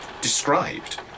described